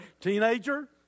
teenager